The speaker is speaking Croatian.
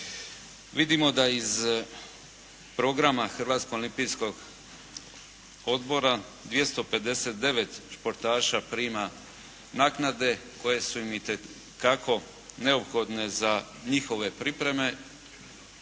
Vidimo da iz programa Hrvatskog olimpijskog odbora 259 športaša prima naknade koje su im itekako neophodne za njihove pripreme,